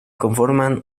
conforman